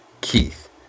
Keith